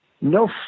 no